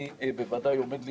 אני בוודאי עומד לרשותך,